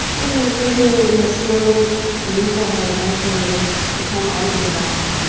and then from here we're gonna slowly use the hands nice and easy to come onto the bum.